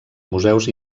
museus